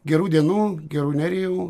gerų dienų gerų nerijau